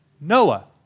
Noah